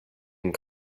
and